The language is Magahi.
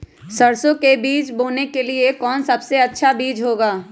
सरसो के बीज बोने के लिए कौन सबसे अच्छा बीज होगा?